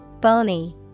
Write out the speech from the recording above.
Bony